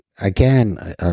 again